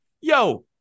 yo